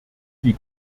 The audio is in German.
die